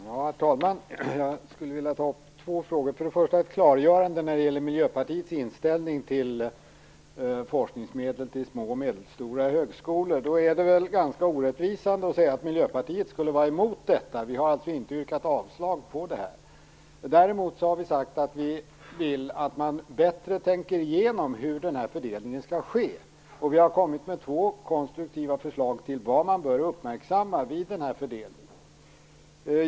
Herr talman! Jag skulle vilja ta upp två frågor. Först och främst vill jag göra ett klarläggande när det gäller Miljöpartiets inställning till forskningsmedel till små och medelstora högskolor. Det är ganska orättvisande att säga att Miljöpartiet skulle vara emot detta. Vi har inte yrkat avslag på förslaget. Däremot har vi sagt att vi vill att man bättre tänker igenom hur fördelningen skall ske. Vi har kommit med två konstruktiva förslag till vad som bör uppmärksammas vid fördelningen.